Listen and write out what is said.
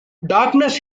darkness